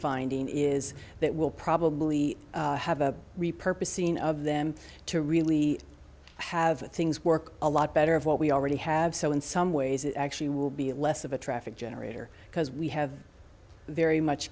finding is that we'll probably have a repurposed scene of them to really have things work a lot better of what we already have so in some ways it actually will be less of a traffic generator because we have very much